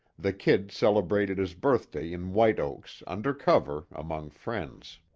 the kid celebrated his birthday in white oaks, under cover, among friends.